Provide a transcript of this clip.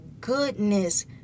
goodness